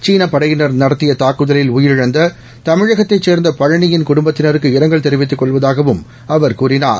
சீன படையினா் நடத்திய தாக்குதலில் உயிரிழந்த தமிழகத்தைச் சேன்ந்த பழளி யின் குடும்பத்தினருக்கு இரங்கல் தெரிவித்துக் கொள்வதாகவும் அவர் கூறினார்